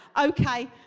okay